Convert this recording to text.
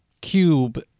cube